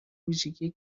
ویژگی